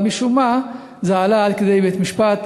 אבל משום מה זה עלה עד כדי בית-משפט.